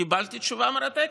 קיבלתי תשובה מרתקת,